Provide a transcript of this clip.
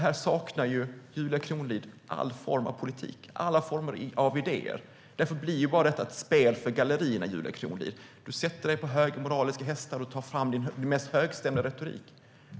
Här saknar Julia Kronlid all form av politik och alla former av idéer, och därför blir detta bara ett spel för gallerierna. Julia Kronlid sätter sig på höga moraliska hästar och tar fram sin mest högstämda retorik.